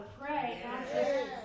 pray